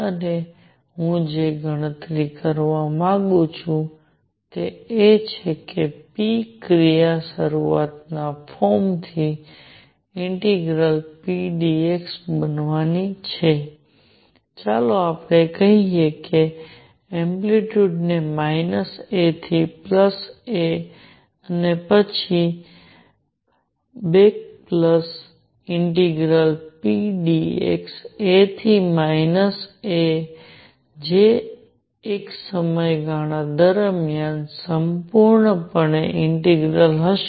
અને હું જે ગણતરી કરવા માંગુ છું તે એ છે કે p ક્રિયા શરૂઆતના ફોર્મ થી ઇન્ટિગ્રલ p dx બનવાની છે ચાલો આપણે કહીએ કે એમ્પ્લિટ્યુડને માઇનસ A થી પ્લસ A અને પછી back plus integral p dx A થી માઇનસ A જે એક સમયગાળા દરમિયાન સંપૂર્ણ પણે ઇન્ટિગ્રલ હશે